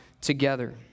together